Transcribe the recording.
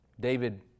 David